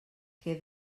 que